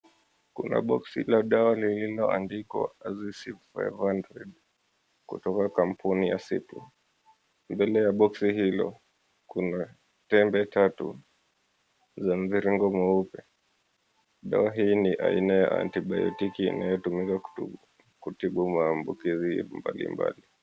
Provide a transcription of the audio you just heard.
Kuna box la dawa lililoandikwa AZICIP-500 kutoka kampuni ya Cipla. Mbele ya box hilo kuna tembe tatu za mviringo mweupe. Dawa hii ni ya aina ya antibiotic inayotumika kutibu maambukizi mbalimbali.